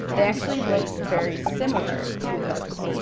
they actually look very similar to those.